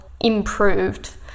improved